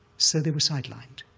so they were sidelined.